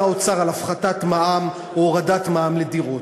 האוצר להפחתת מע"מ או הורדת מע"מ על דירות: